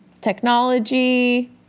technology